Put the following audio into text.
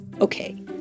Okay